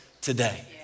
today